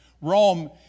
Rome